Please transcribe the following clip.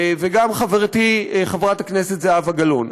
וגם חברתי חברת הכנסת זהבה גלאון.